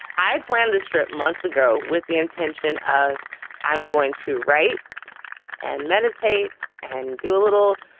i planned this trip months ago with the intention of i'm going to write and meditate and do a little,